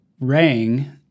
rang